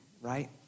right